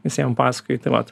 visiem pasakoji tai vat